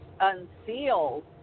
unsealed